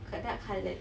quite dark coloured